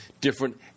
different